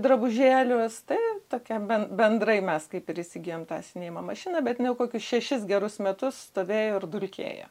drabužėlius tai tokia ben bendrai mes kaip ir įsigijom tą siuvinėjimo mašiną bet jinai jau kokius šešis gerus metus stovėjo ir dulkėjo